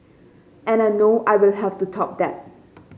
and I know I will have to top that